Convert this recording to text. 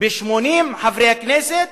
ב-80 חברי כנסת,